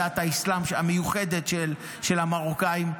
של דת האסלאם המיוחדת של המרוקאים,